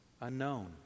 unknown